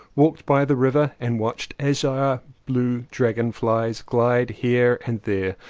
walked by the river and watched azure blue dragon flies glide here and there.